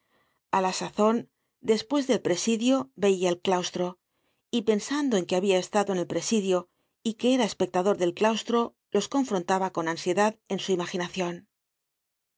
a la sazon despues del presidio veia el claustro y pensando en que habia estado en el presidio y que era espectador del claustro los confrontaba con ansiedad en su imaginacion